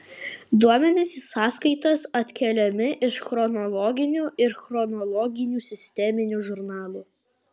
duomenys į sąskaitas atkeliami iš chronologinių ir chronologinių sisteminių žurnalų